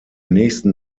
nächsten